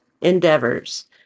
endeavors